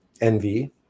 envy